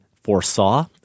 foresaw